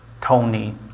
Tony